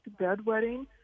bedwetting